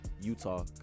Utah